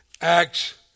Acts